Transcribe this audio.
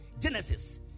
Genesis